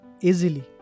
easily